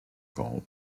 call